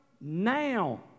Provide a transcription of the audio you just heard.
now